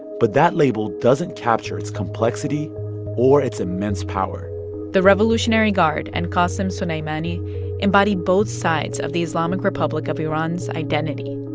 but that label doesn't capture its complexity or its immense power the revolutionary guard and qassem soleimani embodied both sides of the islamic republic of iran's identity.